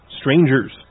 strangers